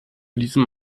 diesem